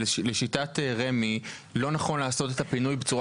לשיטת רמ"י לא נכון לעשות את הפינוי בצורה